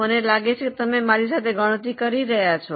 મને લાગે છે કે તમે મારી સાથે ગણતરી કરી રહ્યા છો